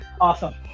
Awesome